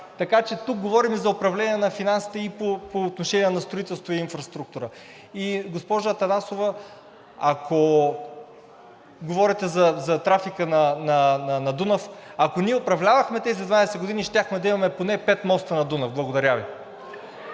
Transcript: Така че тук говорим и за управление на финансите и по отношение на строителство и инфраструктура. Госпожо Атанасова, говорите за трафика на Дунав. Ако ние управлявахме тези 12 години, щяхме да имаме поне пет моста на Дунав. Благодаря Ви.